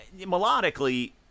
melodically